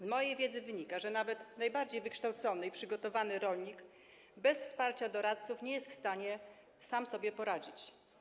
Z mojej wiedzy wynika, że nawet najbardziej wykształcony i przygotowany rolnik bez wsparcia doradców nie jest w stanie sam sobie poradzić.